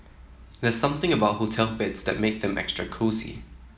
there's something about hotel beds that makes them extra cosy